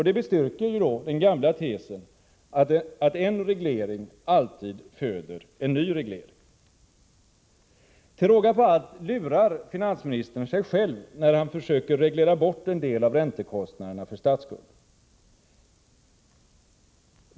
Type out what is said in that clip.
Det bestyrker den gamla tesen att en reglering alltid föder en ny reglering. Till råga på allt lurar finansministern sig själv när han försöker reglera bort en del av räntekostnaderna för statsskulden.